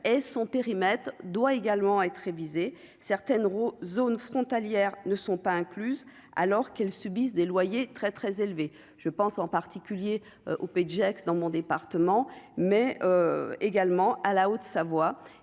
et son périmètre doit également être révisée certaines zone frontalière ne sont pas incluses, alors qu'elles subissent des loyers très très élevé, je pense en particulier au Pays de Gex dans mon département, mais également à la Haute-Savoie